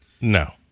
No